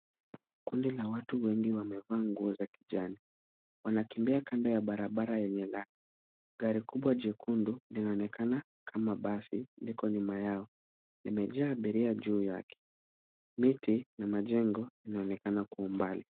Kundi la watu wengi wamevaa nguo za kijani. Wanakimbia kando ya barabara yenye lami. Gari kubwa jekundu linaonekana kama basi liko nyuma yao. Limejaa abiria juu yake. Miti na majengo inaonekana kwa umbali.